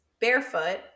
Barefoot